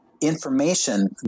information